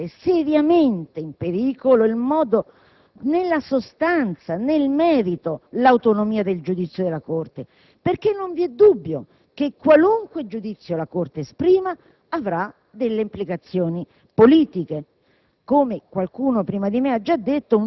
valutazioni. Già solo prospettare questo, significa mettere seriamente in pericolo, nella sostanza e nel merito, l'autonomia di giudizio della Corte, perché non vi è dubbio che qualunque giudizio la Corte esprima,